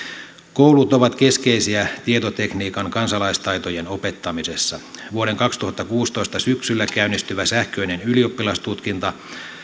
koulut ovat keskeisiä tietotekniikan kansalaistaitojen opettamisessa vuoden kaksituhattakuusitoista syksyllä käynnistyvä sähköinen ylioppilastutkinto